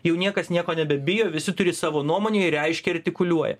jau niekas nieko nebebijo visi turi savo nuomonę ir reiškia artikuliuoja